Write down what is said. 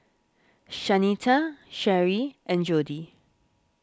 Shanita Cherri and Jodie